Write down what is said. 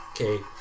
okay